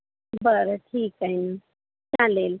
बरं ठीक आहे नं चालेल